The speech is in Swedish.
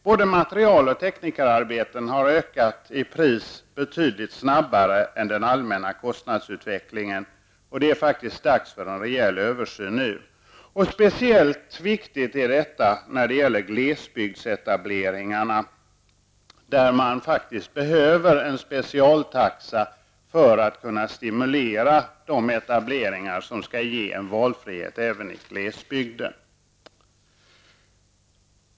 Både material och teknikerarbete har ökat i pris snabbare än vad som motsvaras av den allmänna kostnadsutvecklingen. Det är faktiskt dags för en rejäl översyn. Speciellt viktigt är detta när det gäller glesbygdsetableringarna, eftersom man i glesbygden faktiskt behöver en specialtaxa för att kunna stimulera de etableringar som skall ge valfrihet även i glesbygden.